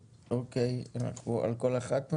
אוקיי, אנחנו מצביעים על כל אחת?